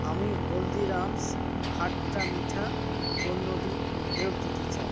আমি হলদিরামস্ খাট্টা মিঠা পণ্যটি ফেরত দিতে চাই